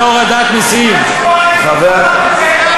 עוד פעם הוא צועק.